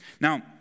Now